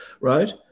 right